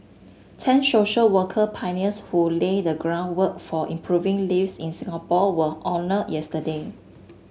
ten social work pioneers who laid the groundwork for improving lives in Singapore were honoured yesterday